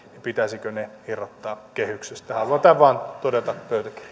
pitäisikö ne irrottaa kehyksestä haluan tämän vain todeta